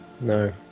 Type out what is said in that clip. No